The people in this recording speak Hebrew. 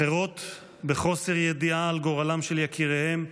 אחרות בחוסר ידיעה על גורלם של יקיריהן,